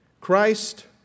Christ